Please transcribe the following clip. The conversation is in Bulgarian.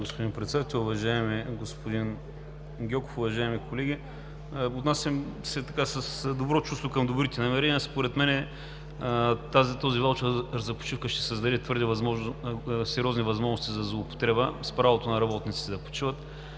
господин Председател, уважаеми господин Гьоков, уважаеми колеги! Отнасям се с добро чувство към добрите намерения. Според мен този ваучер за почивка ще създаде сериозни възможности за злоупотреба с правото на работниците да почиват.